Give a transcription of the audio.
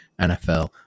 NFL